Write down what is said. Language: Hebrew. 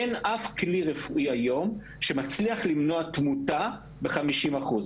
אין אף כלי רפואי היום שמצליח למנוע תמותה ב-50 אחוז.